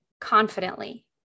confidently